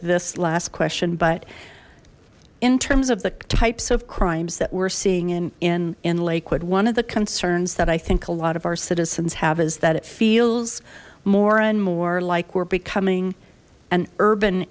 this last question but in terms of the types of crimes that we're seeing in in in lakewood one of the concerns that i think a lot of our citizens have is that it feels more and more like we're becoming an urban